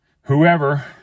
whoever